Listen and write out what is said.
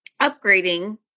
upgrading